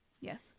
Yes